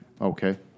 Okay